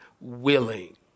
willing